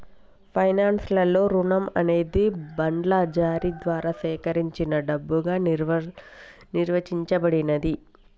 finance లలో రుణం అనేది బాండ్ల జారీ ద్వారా సేకరించిన డబ్బుగా నిర్వచించబడినాది